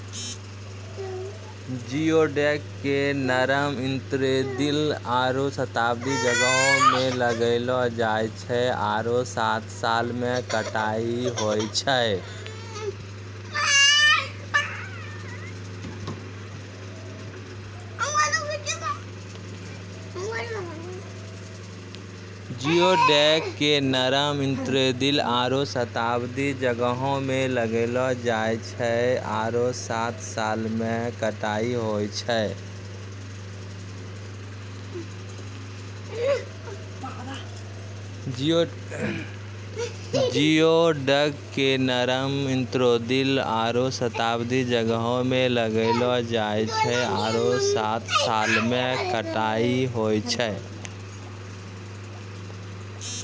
geoduck के नरम intertidal आरो सब्तिदल जग्हो में लगैलो जाय छै आरो सात साल में कटाई होय छै